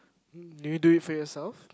do you do it for yourself